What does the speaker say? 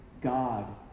God